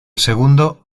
segundo